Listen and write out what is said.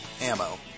ammo